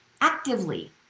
actively